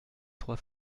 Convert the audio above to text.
trois